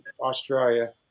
Australia